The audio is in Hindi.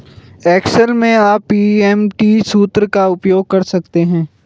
एक्सेल में आप पी.एम.टी सूत्र का उपयोग कर सकते हैं